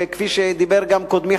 כפי שדיבר גם קודמי,